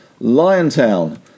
Liontown